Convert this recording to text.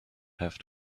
have